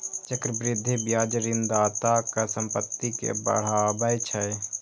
चक्रवृद्धि ब्याज ऋणदाताक संपत्ति कें बढ़ाबै छै